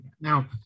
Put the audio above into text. Now